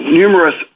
numerous